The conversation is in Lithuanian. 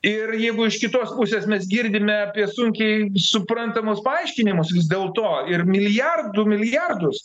ir jeigu iš kitos pusės mes girdime apie sunkiai suprantamus paaiškinimus vis dėlto ir milijardų milijardus